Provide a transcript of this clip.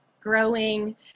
growing